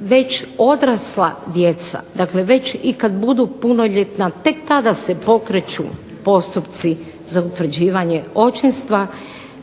već odrasla djeca, dakle već kada budu punoljetna tek tada se pokreću postupci za utvrđivanje očinstva.